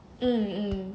um um